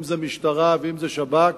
אם זה משטרה ואם זה שב"כ,